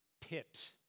pit